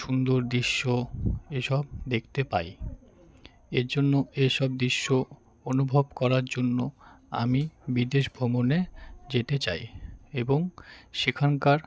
সুন্দর দৃশ্য এসব দেখতে পাই এর জন্য এসব দৃশ্য অনুভব করার জন্য আমি বিদেশ ভ্রমণে যেতে চাই এবং সেখানকার